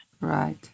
Right